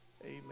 Amen